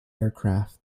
aircraft